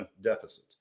deficits